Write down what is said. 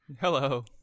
hello